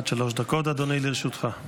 עד שלוש דקות, אדוני, לרשותך.